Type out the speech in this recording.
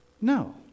no